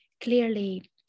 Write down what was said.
clearly